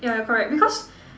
yeah correct because